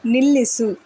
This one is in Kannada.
ನಿಲ್ಲಿಸು